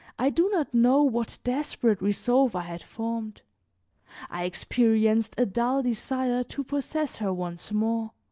i do not know what desperate resolve i had formed i experienced a dull desire to possess her once more,